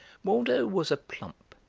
waldo was a plump,